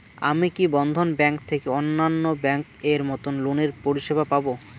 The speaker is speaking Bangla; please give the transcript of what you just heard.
আমি কি বন্ধন ব্যাংক থেকে অন্যান্য ব্যাংক এর মতন লোনের পরিসেবা পাব?